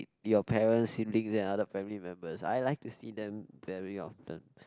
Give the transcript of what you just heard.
y~ your parents siblings and other family members I like to see them very often